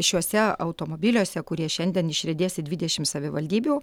šiuose automobiliuose kurie šiandien išriedės į dvidešimt savivaldybių